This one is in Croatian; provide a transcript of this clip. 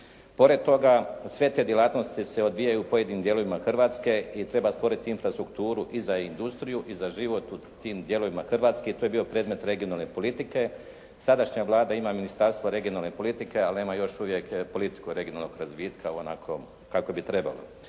Pored toga sve te djelatnosti se odvijaju u pojedinim dijelovima Hrvatske i treba stvoriti infrastrukturu i za industriju i za život u tim dijelovima Hrvatske. To je bio predmet regionalne politike. Sadašnja Vlada ima Ministarstva regionalne politike ali nema još uvijek politiku regionalnog razvitka u, onako kako bi trebalo.